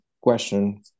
question